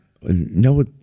No